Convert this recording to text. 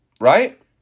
Right